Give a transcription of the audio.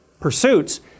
pursuits